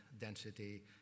density